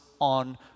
on